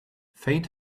faint